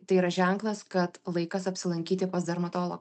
tai yra ženklas kad laikas apsilankyti pas dermatologą